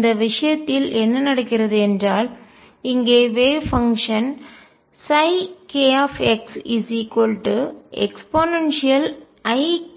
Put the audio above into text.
இந்த விஷயத்தில் என்ன நடக்கிறது என்றால் இங்கே வேவ் பங்ஷன் அலை செயல்பாடு